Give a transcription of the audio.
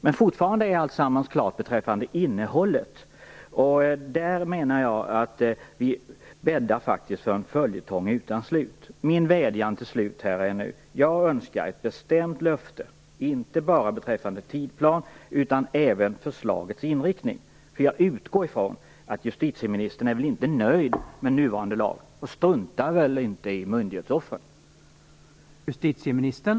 Men fortfarande är inte allt klart beträffande innehållet. Där menar jag att vi faktiskt bäddar för en följetong utan slut. Till sist en vädjan: Jag önskar ett bestämt löfte, inte bara beträffande tidsplan utan också beträffande förslagets inriktning. Jag utgår från att justitieministern inte är nöjd med nuvarande lag och inte struntar i myndighetsoffren.